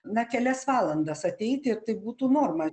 na kelias valandas ateiti ir tai būtų norma